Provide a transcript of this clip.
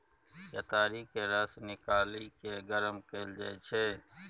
केतारीक रस निकालि केँ गरम कएल जाइ छै